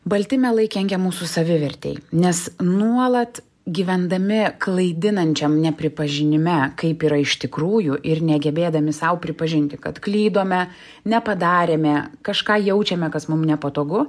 balti melai kenkia mūsų savivertei nes nuolat gyvendami klaidinančiam ne nepripažinime kaip yra iš tikrųjų ir negebėdami sau pripažinti kad klydome nepadarėme kažką jaučiame kas mum nepatogu